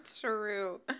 true